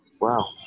Wow